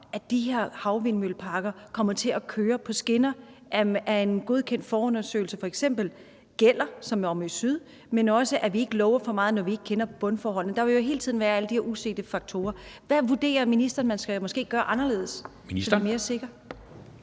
at de her havvindmølleparker kommer til at køre på skinner, og at en godkendt forundersøgelse f.eks. gælder – her tænker jeg på Omø Syd – men også, at vi ikke lover for meget, når vi ikke kender bundforholdene? Der vil jo hele tiden være alle de her usete faktorer. Hvad vurderer ministeren at man måske skal gøre anderledes for